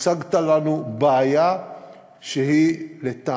הצגת לנו בעיה שלטעמי